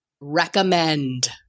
recommend